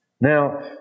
Now